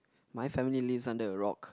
my family lives under a rock